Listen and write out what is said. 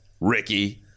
Ricky